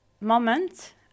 moment